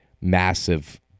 massive